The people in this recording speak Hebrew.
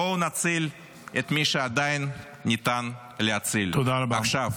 בואו נציל את מי שעדיין ניתן להציל, עכשיו.